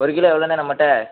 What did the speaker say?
ஒரு கிலோ எவ்வளோ நம்ம கிட்டே